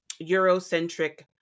Eurocentric